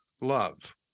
love